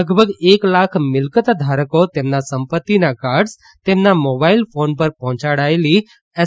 લગભગ એક લાખ મિલકત ધારકો તેમના સંપત્તિના કાર્ડ્સ તેમના મોબાઇલ ફોન પર પર્હોચાડાયેલી એસ